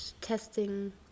testing